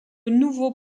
nouveau